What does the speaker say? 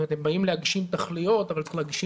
הם באים להגשים תכליות אבל צריך להגשים